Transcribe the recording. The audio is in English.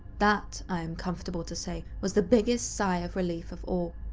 that, i'm comfortable to say, was the biggest sigh of relief of all.